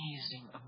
amazing